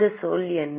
இந்த சொல் என்ன